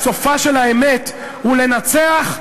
סופה של האמת הוא לנצח,